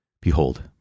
Behold